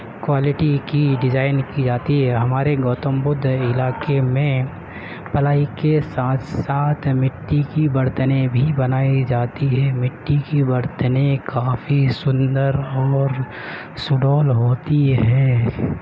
quality کی design کی جاتی ہے ہمارے گوتم بدھ علاقے میں پلائی کے ساتھ ساتھ مٹی کی برتنیں بھی بنائی جاتی ہے مٹی کی برتنیں کافی سندر اور سڈول ہوتی ہے